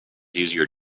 easier